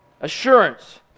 assurance